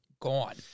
gone